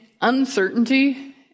uncertainty